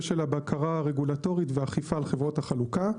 של הבקרה הרגולטורית ואכיפה על חברות החלוקה.